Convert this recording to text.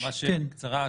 ממש בקצרה.